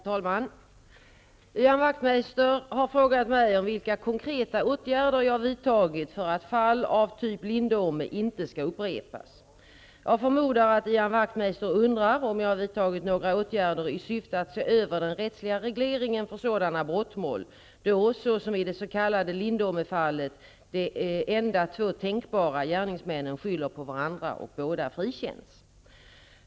Herr talman! Ian Wachtmeister har frågat mig vilka konkreta åtgärder jag vidtagit för att fall av typ Lindome inte skall upprepas. Jag förmodar att Ian Wachtmeister undrar om jag vidtagit några åtgärder i syfte att se över den rättsliga regleringen för sådana brottmål då, såsom i det s.k. Lindomefallet, de enda två tänkbara gärningsmännen skyller på varandra och båda frikänns.